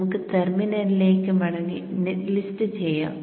നമുക്ക് ടെർമിനലിലേക്ക് മടങ്ങി നെറ്റ് ലിസ്റ്റ് ചെയ്യാം